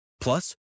Plus